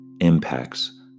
impacts